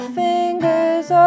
fingers